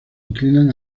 inclinan